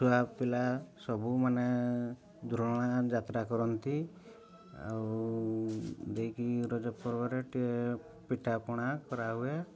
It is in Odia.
ଛୁଆ ପିଲା ସବୁ ମାନେ ଦୂରଣା ଯାତ୍ରା କରନ୍ତି ଆଉ ଦେଇକି ରଜ ପର୍ବରେ ଟିକେ ପିଠାପଣା କରାହୁଏ